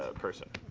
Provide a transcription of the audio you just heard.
ah person.